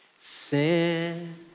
Sin